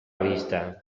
vista